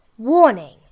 Warning